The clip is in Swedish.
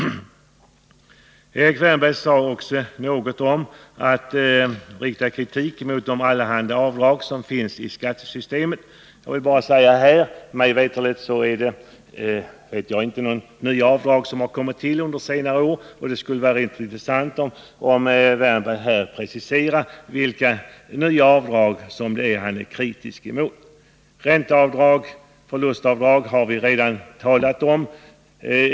Erik Wärnberg riktade kritik mot de allehanda avdrag som finns i skattesystemet. Mig veterligt har inte några nya avdrag kommit till under senare år. Det skulle därför vara intressant om Erik Wärnberg här ville precisera vilka nya avdrag som det är han är kritisk mot. Ränteavdragen och förlustavdragen har vi redan talat om.